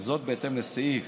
וזאת בהתאם לסעיף